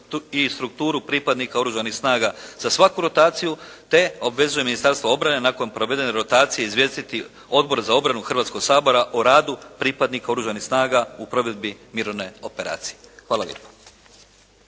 i strukturu pripadnika oružanih snaga za svaku rotaciju, te obvezuje Ministarstvo obrane nakon provedene rotacije izvijestiti Odbor za obranu Hrvatskoga sabora o radu pripadnika oružanih snaga u provedbi mirovne operacije. Hvala lijepa.